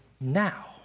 now